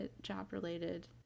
job-related